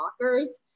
lockers